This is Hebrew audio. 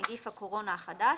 נגיף הקורונה החדש),